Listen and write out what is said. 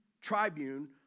tribune